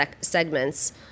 segments